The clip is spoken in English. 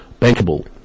bankable